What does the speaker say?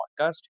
podcast